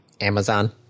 Amazon